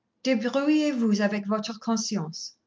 debrouillez-vous avec votre conscience.